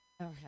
Okay